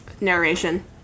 narration